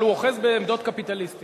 אבל הוא אוחז בעמדות קפיטליסטיות.